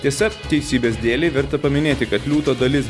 tiesa teisybės dėlei verta paminėti kad liūto dalis